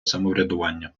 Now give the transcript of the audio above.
самоврядування